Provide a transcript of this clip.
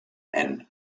and